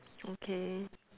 okay